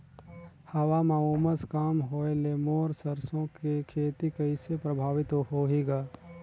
हवा म उमस कम होए ले मोर सरसो के खेती कइसे प्रभावित होही ग?